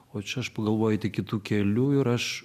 o čia aš pagalvoju eiti kitu keliu ir aš